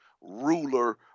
ruler